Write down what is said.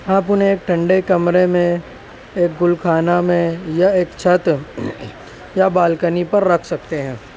آپ انھیں ایک ٹھنڈے کمرے میں ایک گل خانہ میں یا ایک چھت یا بالکنی پر رکھ سکتے ہیں